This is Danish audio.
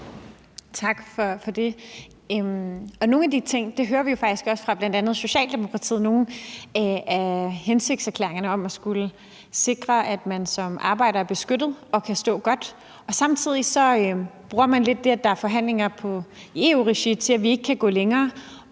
Tak for det. Nogle af de ting, og det hører vi jo faktisk også fra bl.a. Socialdemokratiet, er hensigtserklæringerne, som skal sikre, at man som arbejder er beskyttet og kan stå godt. Samtidig bruger man lidt det, at der er forhandlinger i EU-regi, til at sige, at vi ikke kan gå længere